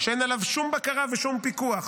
שאין עליו שום בקרה ושום פיקוח.